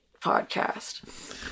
podcast